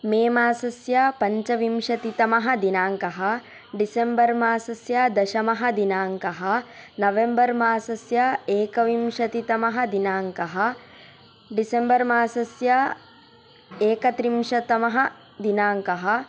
मे मासस्य पञ्चविंशतितमः दिनाङ्कः डिसेम्बर् मासस्य दशमदिनाङ्कः नवेम्बर् मासस्य एकविंशतितमः दिनाङ्कः डिसेम्बर् मासस्य एकत्रिंशतमः दिनाङ्कः